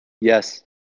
Yes